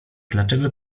dlaczego